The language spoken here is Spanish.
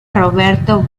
roberto